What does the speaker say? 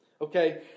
Okay